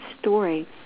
story